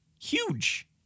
huge